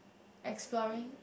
exploring